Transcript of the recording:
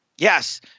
Yes